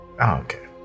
Okay